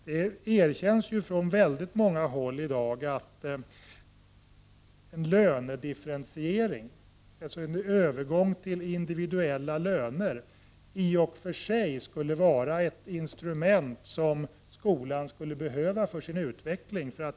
Det erkänns från väldigt många håll i dag att en lönedifferentiering, alltså en övergång till individuella löner, i och för sig skulle vara ett instrument som skolan skulle behöva för sin utveckling.